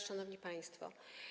Szanowni Państwo!